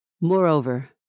Moreover